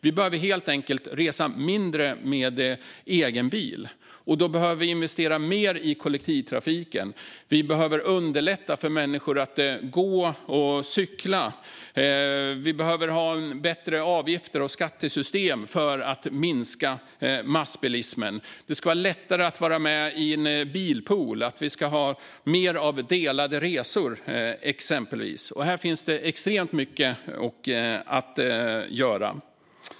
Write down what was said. Vi behöver helt enkelt resa mindre med egen bil. Då behöver vi investera mer i kollektivtrafik och underlätta för människor att gå och cykla. Vi behöver ha bättre avgifter och skattesystem för att minska massbilismen. Det ska vara lättare att vara med i en bilpool, och vi ska ha mer av delade resor. Här finns extremt mycket att göra.